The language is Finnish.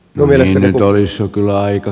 novelleihin joissa kyllä aika